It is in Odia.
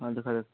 ହଁ ଦେଖାଯାଉ